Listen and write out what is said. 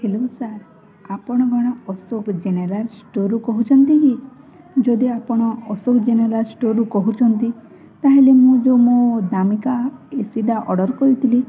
hello sir ଆପଣ କ'ଣ Ashok general ଷ୍ଟୋର୍ରୁ କହୁଛନ୍ତି କି ଯଦି ଆପଣ ଅଶୋକ ଜେନେରାଲ୍ ଷ୍ଟୋର୍ରୁ କହୁଛନ୍ତି ତାହେଲେ ମୁଁ ଯେଉଁ ମୋ ଦାମିକା ଏସିଟା ଅର୍ଡ଼ର୍ କରିଥିଲି